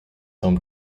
home